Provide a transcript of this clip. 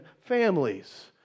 families